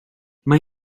mae